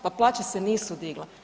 Pa plaće se nisu digle.